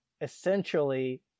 essentially